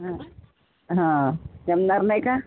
हा हा जमणार नाही का